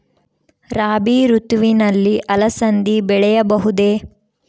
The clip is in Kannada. ರಾಭಿ ಋತುವಿನಲ್ಲಿ ಅಲಸಂದಿ ಬೆಳೆಯಬಹುದೆ?